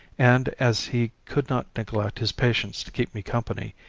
and as he could not neglect his patients to keep me company,